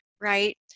right